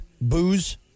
booze